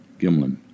Gimlin